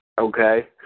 okay